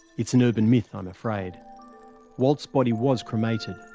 it's an urban myth, i'm afraid. walt's body was cremated.